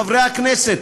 חברי הכנסת,